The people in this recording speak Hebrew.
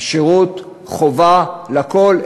שירות חובה לכול,